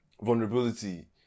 vulnerability